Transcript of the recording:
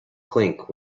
clink